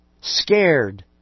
scared